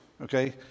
okay